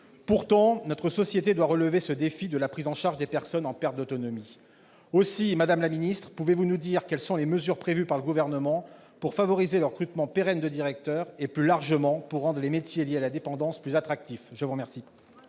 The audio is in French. Pourtant, notre société doit relever ce défi de la prise en charge des personnes en perte d'autonomie. Quelles sont les mesures prévues par le Gouvernement pour favoriser le recrutement pérenne de directeurs et, plus largement, pour rendre les métiers liés à la dépendance plus attractifs ? La parole